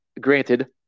granted